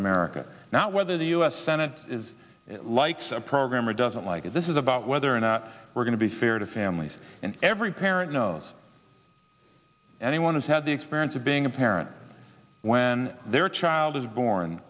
america now whether the u s senate is like a programmer doesn't like it this is about whether or not we're going to be fair to families and every parent knows anyone has had the experience of being a parent when their child is born